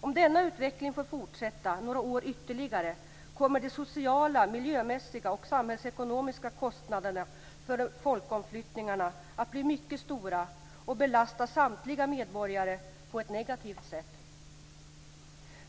Om denna utveckling får fortsätta några år ytterligare kommer de sociala, miljömässiga och samhällsekonomiska kostnaderna för folkomflyttningarna att bli mycket stora och belasta samtliga medborgare på ett negativt sätt.